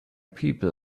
people